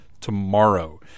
tomorrow